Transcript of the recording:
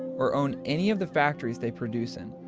or own any of the factories they produce in,